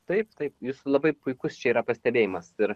taip taip jis labai puikus čia yra pastebėjimas ir